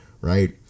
right